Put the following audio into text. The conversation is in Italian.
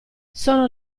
sono